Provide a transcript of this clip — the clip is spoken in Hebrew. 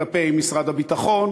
כלפי משרד הביטחון,